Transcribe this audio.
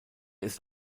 ist